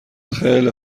خیله